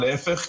להפך.